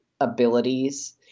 abilities